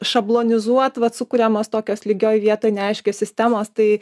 šablonizuot vat sukuriamos tokios lygioj vietoj neaiškios sistemos tai